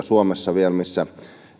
suomessa vielä paljon alueita missä